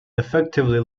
effectively